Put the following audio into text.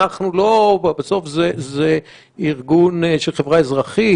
בסוף זה ארגון של חברה אזרחית,